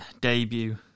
debut